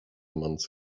month